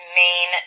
main